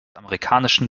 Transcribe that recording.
amerikanischen